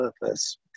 purpose